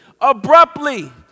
abruptly